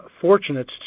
fortunate